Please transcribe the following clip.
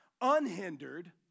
unhindered